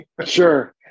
Sure